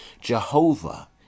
Jehovah